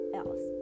else